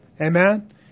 Amen